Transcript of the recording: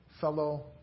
fellow